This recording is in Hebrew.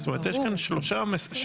זאת אומרת, יש כאן שלוש משוכות.